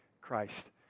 Christ